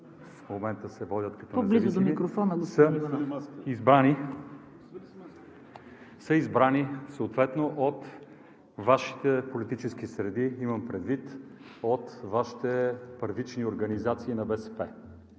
в момента се водят като независими, са избрани съответно от Вашите политически среди, имам предвид от Вашите първични организации на БСП.